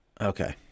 Okay